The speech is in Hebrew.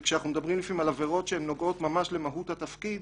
וכשאנחנו מדברים לפעמים על עבירות שנוגעות ממש למהות התפקיד,